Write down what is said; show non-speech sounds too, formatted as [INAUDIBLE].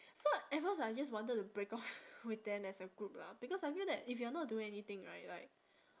so at first I just wanted to break off [BREATH] with them as a group lah because I feel that if you're not doing anything right like